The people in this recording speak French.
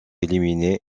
éliminée